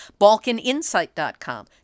BalkanInsight.com